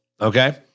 Okay